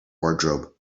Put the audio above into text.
wardrobe